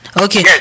Okay